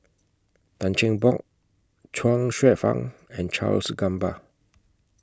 Tan Cheng Bock Chuang Hsueh Fang and Charles Gamba